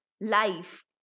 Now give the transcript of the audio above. life